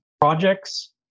projects